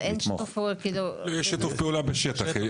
יש שיתוף פעולה בשטח,